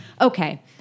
Okay